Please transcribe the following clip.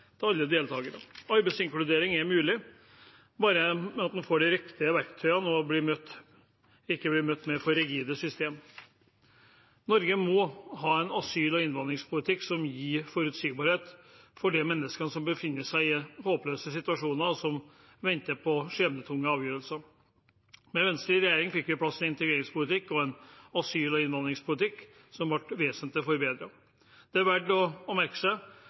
til alle deltakerne. Arbeidsinkludering er mulig bare man får de riktige verktøyene og ikke blir møtt med for rigide systemer. Norge må ha en asyl- og innvandringspolitikk som gir forutsigbarhet for de menneskene som befinner seg i håpløse situasjoner, og som venter på skjebnetunge avgjørelser. Med Venstre i regjering fikk vi på plass en integreringspolitikk og asyl- og innvandringspolitikk som ble vesentlig forbedret. Det er verdt å